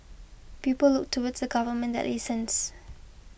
people look towards a government that listens